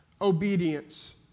obedience